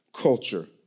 culture